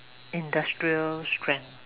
industrial strength